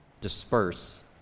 disperse